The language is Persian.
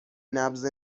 نبض